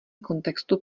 kontextu